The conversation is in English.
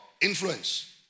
influence